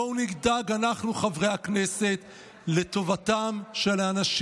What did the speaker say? בואו נדאג אנחנו, חברי הכנסת, לטובתם של האנשים